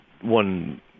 one